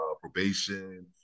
probation